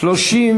מעונות-יום